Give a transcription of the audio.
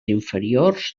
inferiors